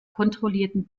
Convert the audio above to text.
kontrollierten